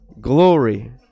Glory